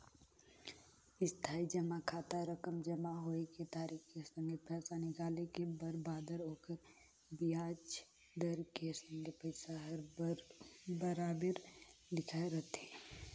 इस्थाई जमा खाता रकम जमा होए के तारिख के संघे पैसा निकाले के बेर बादर ओखर बियाज दर के संघे पइसा हर बराबेर लिखाए रथें